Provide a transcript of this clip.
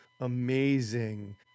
amazing